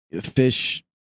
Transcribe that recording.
fish